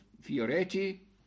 Fioretti